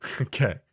Okay